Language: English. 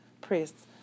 priests